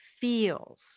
feels